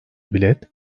bilet